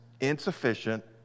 insufficient